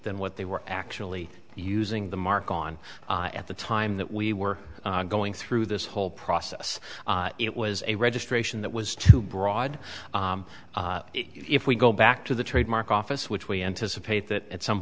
than what they were actually using the mark on at the time that we were going through this whole process it was a registration that was too broad if we go back to the trademark office which we anticipate that at some